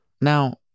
Now